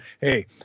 Hey